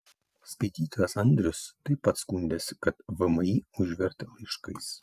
skaitytojas andrius taip pat skundėsi kad vmi užvertė laiškais